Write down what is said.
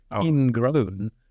ingrown